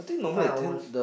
s~ five hours